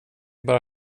bara